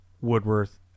Woodworth